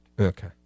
Okay